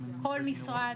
כל משרד,